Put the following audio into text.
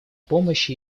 помощь